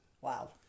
Wow